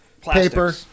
Paper